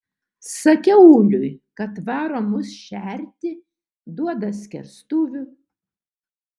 sakiau uliui kad varo mus šerti duoda skerstuvių